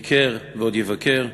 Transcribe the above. ביקר ועוד יבקר.